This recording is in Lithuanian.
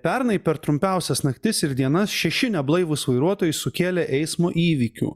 pernai per trumpiausias naktis ir dienas šeši neblaivūs vairuotojai sukėlė eismo įvykių